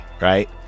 right